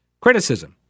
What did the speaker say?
criticism